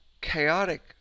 chaotic